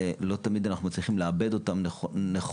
שלא תמיד אנחנו מצליחים לעבד אותן נכונה